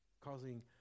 causing